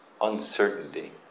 uncertainty